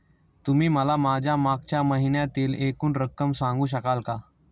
तुम्ही मला माझ्या मागच्या महिन्यातील एकूण रक्कम सांगू शकाल का?